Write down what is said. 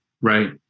Right